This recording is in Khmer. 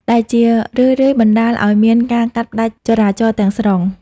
ដែលជារឿយៗបណ្ដាលឱ្យមានការកាត់ផ្ដាច់ចរាចរណ៍ទាំងស្រុង។